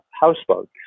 houseboat